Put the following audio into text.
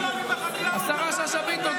השרה שאשא ביטון,